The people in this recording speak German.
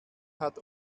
hat